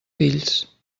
fills